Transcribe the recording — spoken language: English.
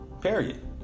Period